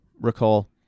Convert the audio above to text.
recall